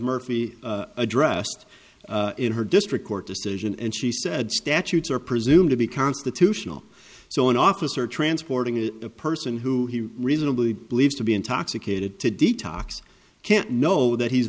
murphy addressed in her district court decision and she said statutes are presumed to be constitutional so an officer transporting a person who he reasonably believes to be intoxicated to detox can't know that he's